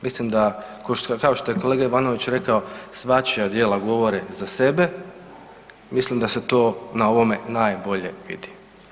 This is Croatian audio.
Mislim kao što je kolega Ivanović rekao svačija djela govore za sebe, mislim da se to na ovome najbolje vidi.